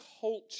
culture